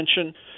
attention